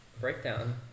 breakdown